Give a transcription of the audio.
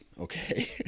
okay